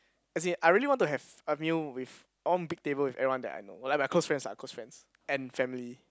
as in I really want to have a new with one big table with everyone that I know like my close friends ah close friends and family